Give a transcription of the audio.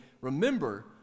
remember